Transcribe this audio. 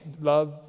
love